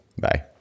Bye